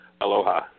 Aloha